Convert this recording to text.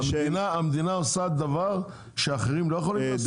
המדינה עושה דבר שאחרים לא יכולים לעשות?